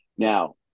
Now